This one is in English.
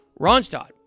Ronstadt